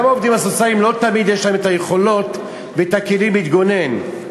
לעובדים הסוציאליים לא תמיד יש היכולת והכלים להתגונן,